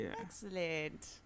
excellent